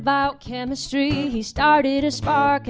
about chemistry he started a spark